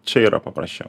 čia yra paprasčiau